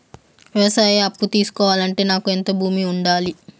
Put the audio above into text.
వ్యవసాయ అప్పు తీసుకోవాలంటే నాకు ఎంత భూమి ఉండాలి?